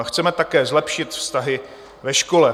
Chceme také zlepšit vztahy ve škole.